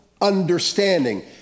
understanding